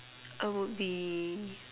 I would be